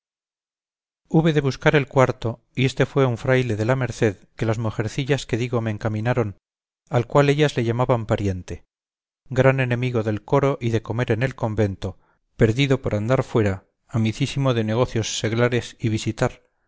hube de buscar el cuarto y éste fue un fraile de la merced que las mujercillas que digo me encaminaron al cual ellas le llamaban pariente gran enemigo del coro y de comer en el convento perdido por andar fuera amicísimo de negocios seglares y visitar